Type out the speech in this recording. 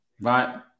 right